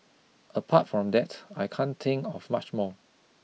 apart from that I can't think of much more